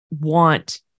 want